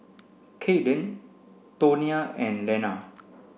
Kaeden Tonia and Lenna